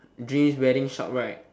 dre's wedding shop right